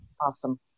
Awesome